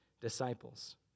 disciples